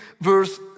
verse